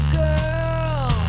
girl